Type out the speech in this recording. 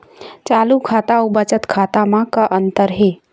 चालू खाता अउ बचत खाता म का अंतर हे?